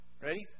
Ready